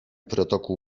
protokół